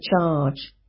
charge